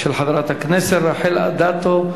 של חברת הכנסת רחל אדטו.